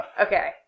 okay